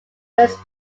west